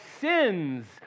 sins